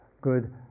good